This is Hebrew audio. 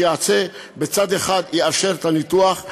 שמצד אחד יאשר את הניתוח,